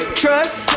trust